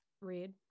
Read